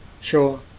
Sure